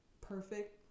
perfect